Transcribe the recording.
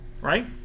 right